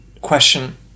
question